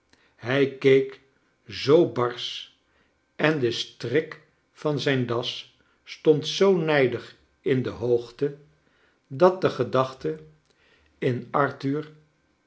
hij keek zoo barsch en de strik van zijn das stond zoo nijdig in de hoogte dat de gedachte in